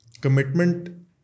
Commitment